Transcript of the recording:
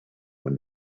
when